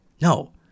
no